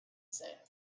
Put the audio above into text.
sand